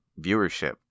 viewership